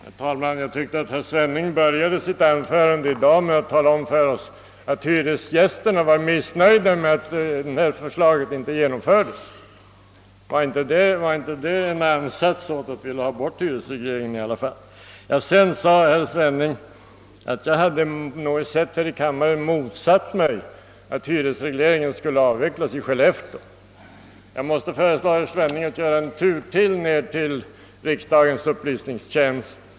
Herr talman! Jag tyckte att herr Svenning började sitt anförande i dag med att tala om för oss, att hyresgästerna var missnöjda med att förslaget inte genomfördes. Var inte det en ansats åt att vilja ha bort hyresregleringen i alla fall? Vidare sade herr Svenning i sitt förra anförande att jag hade här i kammaren motsatt mig att hyresregleringen skulle avvecklas i Skellefteå. Jag måste föreslå herr Svenning att göra ännu en lur till riksdagens upplysningstjänst.